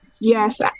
yes